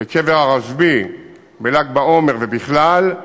בקבר הרשב"י, בל"ג בעומר ובכלל,